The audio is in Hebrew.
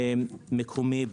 מקומי,